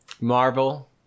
Marvel